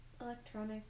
electronic